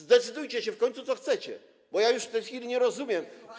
Zdecydujcie się w końcu, czego chcecie, bo ja już w tej chwili nie rozumiem.